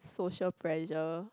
social pressure